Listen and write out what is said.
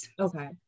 Okay